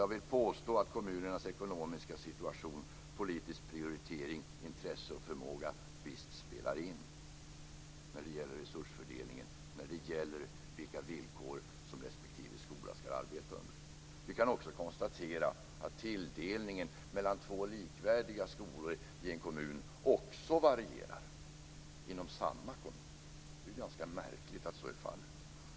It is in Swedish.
Jag vill påstå att kommunernas ekonomiska situation, politiska prioritering, intresse och förmåga visst spelar in när det gäller resursfördelningen och när det gäller vilka villkor som respektive skola ska arbeta under. Vi kan också konstatera att tilldelningen till två likvärdiga skolor i en kommun också varierar - inom samma kommun. Det är ganska märkligt att så är fallet!